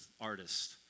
artist